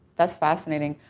that's fascinating.